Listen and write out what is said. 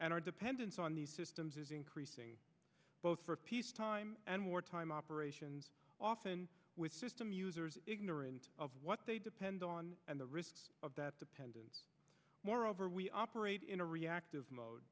our dependence on the systems is increasing both for peace time and wartime operations often with system users ignorant of what they depend on and the risks of that dependent moreover we operate in a reactive mode